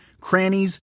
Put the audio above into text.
crannies